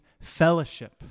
fellowship